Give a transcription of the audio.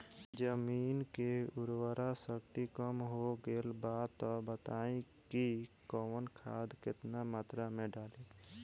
जमीन के उर्वारा शक्ति कम हो गेल बा तऽ बताईं कि कवन खाद केतना मत्रा में डालि?